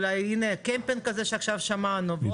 הינה, הקמפינג הזה שעכשיו שמענו.